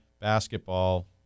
basketball